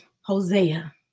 Hosea